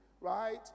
right